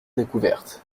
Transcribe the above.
découvertes